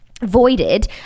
voided